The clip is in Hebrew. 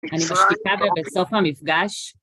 אני מבטיחה שבסוף המפגש